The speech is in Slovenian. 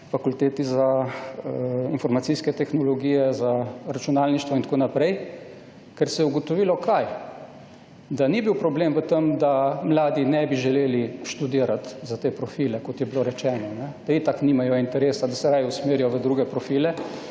Fakulteti za informacijske tehnologije, za računalništvo in tako naprej, ker se je ugotovilo kaj? Da ni bil problem v tem, da mladi ne bi želeli študirat za te profile, kot je bilo rečeno, da itak nimajo interesa, da se raje usmerijo v drugo profile